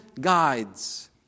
guides